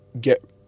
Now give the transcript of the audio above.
get